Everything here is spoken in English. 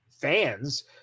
fans